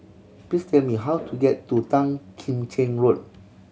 please tell me how to get to Tan Kim Cheng Road